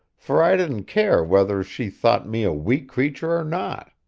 for i didn't care whether she thought me a weak creature or not.